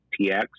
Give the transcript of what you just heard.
TX